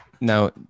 now